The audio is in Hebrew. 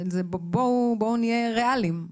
בואו נהיה ריאליים,